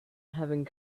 having